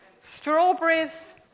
Strawberries